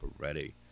already